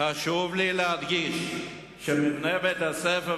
חשוב לי להדגיש שמבנה בית-הספר,